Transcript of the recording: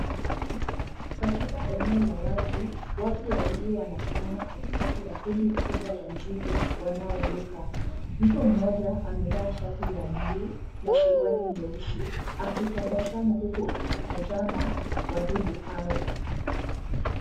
Katika eneo la wazi watu wawili wanasimama katikati ya kundi kubwa la nzige wanaoruka. Mtu mmoja amevaa shati la blue na suruali nyeusi akitabasamu huku akitazama wadudu hao.